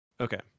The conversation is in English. Okay